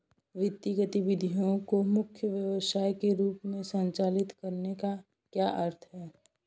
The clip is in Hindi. वित्तीय गतिविधि को मुख्य व्यवसाय के रूप में संचालित करने का क्या अर्थ है?